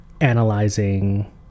analyzing